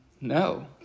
No